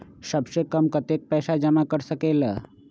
सबसे कम कतेक पैसा जमा कर सकेल?